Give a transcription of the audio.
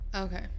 Okay